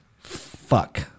Fuck